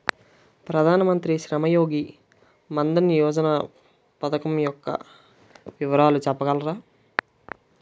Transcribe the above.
ప్రధాన మంత్రి శ్రమ్ యోగి మన్ధన్ యోజన పథకం యెక్క వివరాలు చెప్పగలరా?